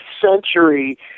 century